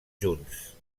junts